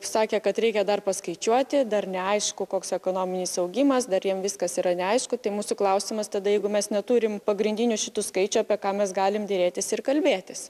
sakė kad reikia dar paskaičiuoti dar neaišku koks ekonominis augimas dar jiem viskas yra neaišku tai mūsų klausimas tada jeigu mes neturim pagrindinių šitų skaičių apie ką mes galim derėtis ir kalbėtis